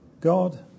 God